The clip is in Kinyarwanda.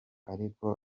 ariko